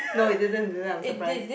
no it didn't that's why I'm surprised